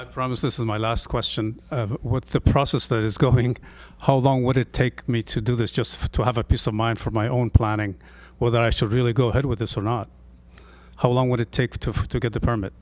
promise this is my last question what the process that is going home long would it take me to do this just to have a piece of mind for my own planning whether i should really go ahead with this or not how long would it take to to get the permit